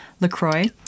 LaCroix